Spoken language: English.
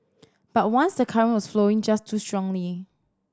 but once the current was flowing just too strongly